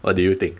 what do you think